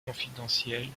confidentiel